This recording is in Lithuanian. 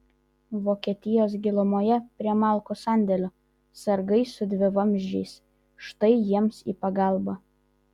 vokietijos gilumoje prie malkų sandėlių sargai su dvivamzdžiais štai jiems į pagalbą